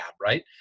right